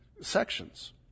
sections